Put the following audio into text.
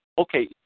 okay